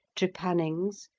trepannings,